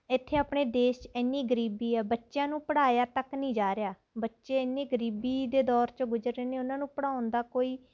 ਇੱਥੇ ਆਪਣੇ ਦੇਸ਼ 'ਚ ਇੰਨੀ ਗਰੀਬੀ ਹੈ ਬੱਚਿਆਂ ਨੂੰ ਪੜ੍ਹਾਇਆ ਤੱਕ ਨਹੀਂ ਜਾ ਰਿਹਾ ਬੱਚੇ ਇੰਨੇ ਗਰੀਬੀ ਦੇ ਦੌਰ 'ਚੋਂ ਗੁਜ਼ਰ ਰਹੇ ਨੇ ਉਨ੍ਹਾਂ ਨੂੰ ਪੜ੍ਹਾਉਣ ਦਾ ਕੋਈ